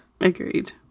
agreed